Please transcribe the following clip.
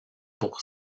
pour